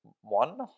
One